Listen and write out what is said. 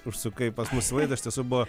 užsukai pas mus į laidą iš tiesų buvo